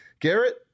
Garrett